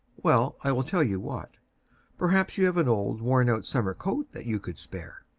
well, i will tell you what perhaps you have an old, worn-out summer coat that you could spare?